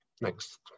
Next